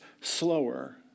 slower